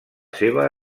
seva